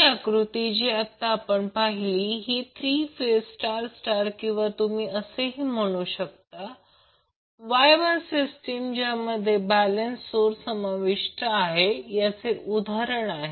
ही आकृती जी आत्ता आपण पाहिली ही 3 फेज स्टार स्टार किंवा तुम्ही असेही म्हणू शकता Y Y सिस्टीम ज्यामध्ये बॅलेन्स सोर्स समाविष्ट आहे याचे उदाहरण आहे